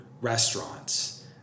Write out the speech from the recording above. restaurants